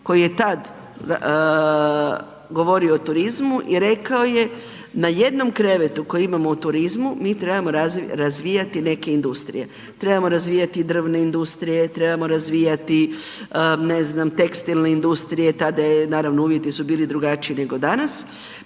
koji je tad govorio o turizmu i rekao je na jednom krevetu koje imamo u turizmu mi trebamo razvijati neke industrije. Trebamo razvijati drvne industrije, trebamo razvijati ne znam tekstilne industrije, tada su naravno uvjeti bili drugačiji nego danas,